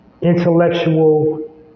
intellectual